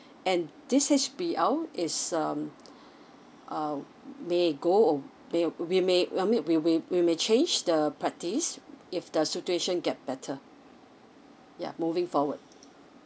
and this H_B_L is um um may go aw~ may we may I mean we we we may change the practice if the situation get better yup moving forward